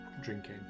drinking